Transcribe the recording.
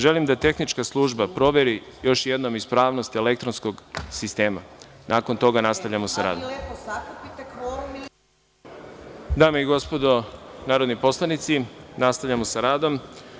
Želim da tehnička služba proveri još jednom ispravnost elektronskog sistema, a nakon toga nastavljamo sa radom. [[Posle pauze.]] Dame i gospodo, narodni poslanici, nastavljamo sa radom.